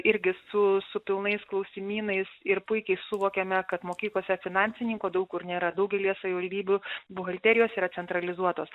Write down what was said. irgi su su pilnais klausimynais ir puikiai suvokiame kad mokyklose finansininko daug kur nėra daugelyje savivaldybių buhalterijos yra centralizuotos